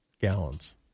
gallons